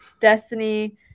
Destiny